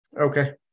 okay